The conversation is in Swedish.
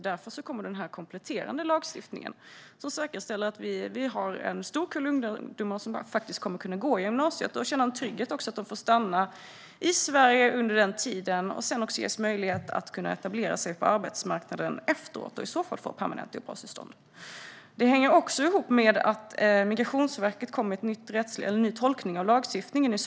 Därför kommer den här kompletterande lagstiftningen, som säkerställer att en stor kull ungdomar kommer att kunna gå gymnasiet och känna en trygghet i att de får stanna i Sverige under den tiden samt efteråt ges möjlighet att etablera sig på arbetsmarknaden och i så fall få permanent uppehållstillstånd. Detta hänger också ihop med att Migrationsverket i somras kom med en ny tolkning av lagstiftningen.